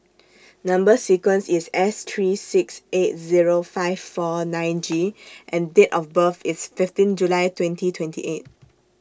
Number sequence IS S three six eight Zero five four nine G and Date of birth IS fifteen July twenty twenty eight